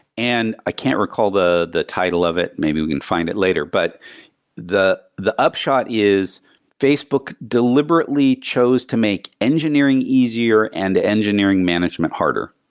and i can't recall the the title of it. maybe we can find it later. but the the upshot is facebook deliberately chose to make engineering easier and the engineering management harder.